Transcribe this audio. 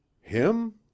Him